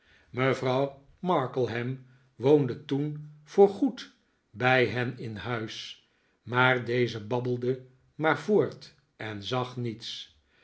mevrouw markleham woonde toen voor goed bij hen in huis maar deze babbelde maar voort en zag niets